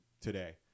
today